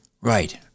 Right